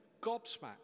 gobsmacked